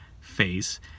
face